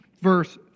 verse